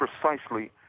precisely